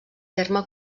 terme